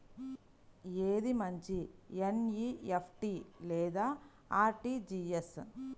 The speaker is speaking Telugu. ఏది మంచి ఎన్.ఈ.ఎఫ్.టీ లేదా అర్.టీ.జీ.ఎస్?